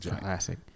Classic